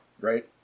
right